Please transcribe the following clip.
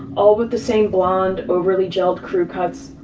all with the same blonde, overly gelled crew-cuts,